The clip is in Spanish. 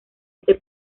este